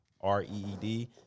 r-e-e-d